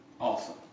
Awesome